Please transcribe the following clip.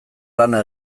lana